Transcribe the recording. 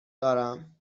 دارم